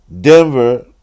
Denver